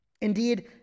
Indeed